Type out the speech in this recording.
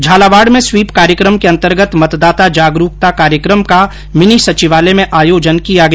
झालावाड में स्वीप कार्यकम के अंतर्गत मतदाता जागरूकता कार्यक्रम का मिनी सचिवालय में आयोजन किया गया